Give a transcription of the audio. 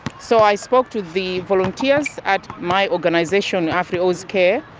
so i spoke to the volunteers at my organisation afri-aus care,